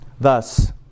Thus